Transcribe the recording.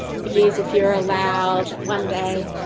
beers if you are allowed one day.